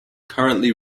currently